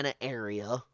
area